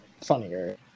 funnier